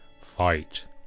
fight